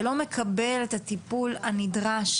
שלא מקבל את הטיפול הנדרש